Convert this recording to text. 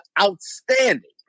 outstanding